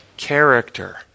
character